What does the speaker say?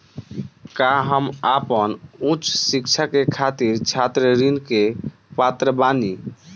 का हम आपन उच्च शिक्षा के खातिर छात्र ऋण के पात्र बानी?